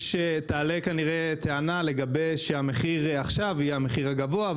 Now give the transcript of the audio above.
תעלה כנראה טענה לגבי זה שהמחיר עכשיו יהיה המחיר הגבוה.